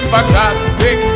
Fantastic